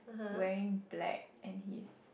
wearing black and he's